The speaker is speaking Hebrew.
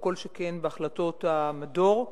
לא כל שכן בהחלטות המדור.